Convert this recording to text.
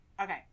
Okay